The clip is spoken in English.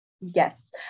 Yes